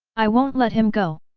i won't let him go!